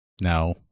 no